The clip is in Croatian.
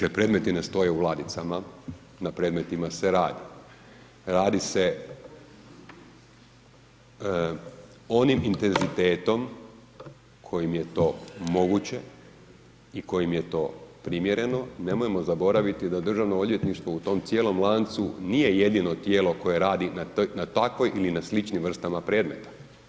Dakle, predmeti ne stoje u ladicama, na predmetima se radi, radi se onim intenzitetom kojim je to moguće i kojim je to primjereno, nemojmo zaboraviti da državno odvjetništvo u tom cijelom lancu nije jedino tijelo koje radi na takvoj ili na sličnim vrstama predmeta.